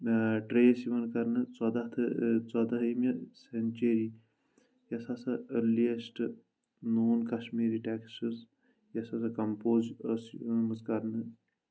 trace یِوان کرنہٕ ژۄداہ ژۄدہمہِ سؠنچری یۄس ہسا أرلِیَسٹہٕ نوان کشمیٖری ٹیکٔسٹٕز یۄس ہسا کَمپوز ٲسۍ ٲمٕژ کرنہٕ